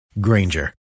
Granger